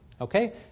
Okay